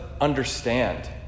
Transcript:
understand